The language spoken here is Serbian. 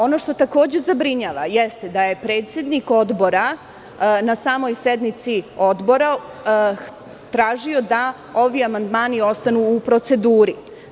Ono što takođe zabrinjava jeste da je predsednik Odbora na samoj sednici Odbora tražio da ovi amandmani ostanu u proceduri.